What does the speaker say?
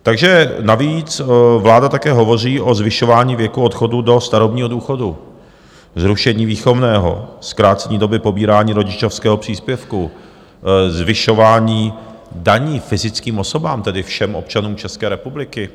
Takže navíc vláda také hovoří o zvyšování věku odchodu do starobního důchodu, zrušení výchovného, zkrácení doby pobírání rodičovského příspěvku, zvyšování daní fyzickým osobám, tedy všem občanům České republiky.